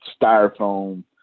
styrofoam